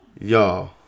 y'all